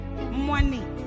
money